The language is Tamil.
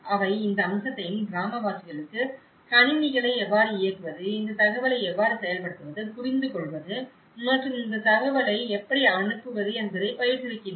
அவை இந்த அம்சத்தையும் கிராமவாசிகளுக்கு கணினிகளை எவ்வாறு இயக்குவது இந்த தகவலை எவ்வாறு செயல்படுத்துவது புரிந்துகொள்வது மற்றும் இந்த தகவலை எவ்வாறு அனுப்புவது என்பவற்றைப் பயிற்றுவிக்கின்றன